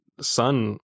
son